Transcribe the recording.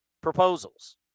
proposals